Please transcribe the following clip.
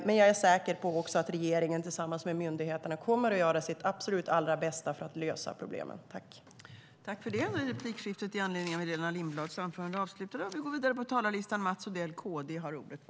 Men jag är också säker på att regeringen tillsammans med myndigheterna kommer att göra sitt absolut allra bästa för att lösa problemen.